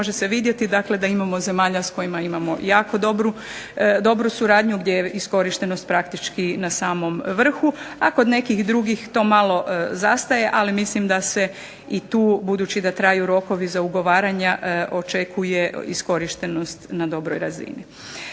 može se vidjeti da imamo zemalja s kojima imamo jako dobru suradnju gdje je iskorištenost praktički na samom vrhu, a kod nekih drugih to malo zastaje ali mislim da se i tu budući da traju rokovi za ugovaranja očekuje iskorištenost na dobroj razini.